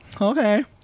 Okay